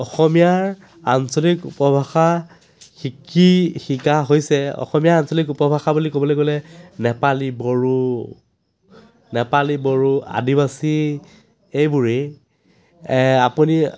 অসমীয়াৰ আঞ্চলিক উপভাষা শিকি শিকা হৈছে অসমীয়া আঞ্চলিক উপভাষা বুলি ক'বলৈ গ'লে নেপালী বড়ো নেপালী বড়ো আদিবাসী এইবোৰেই আপুনি